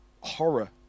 horror